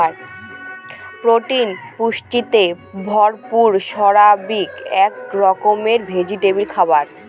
protein পুষ্টিতে ভরপুর soybean এক রকমের ভেজিটেরিয়ান খাবার